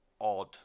odd